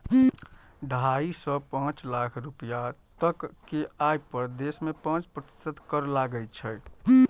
ढाइ सं पांच लाख रुपैया तक के आय पर देश मे पांच प्रतिशत कर लागै छै